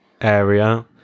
area